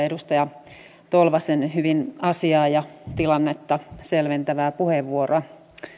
edustaja tolvasen hyvin asiaa ja tilannetta selventävää puheenvuoroa